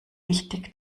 wichtig